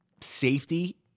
safety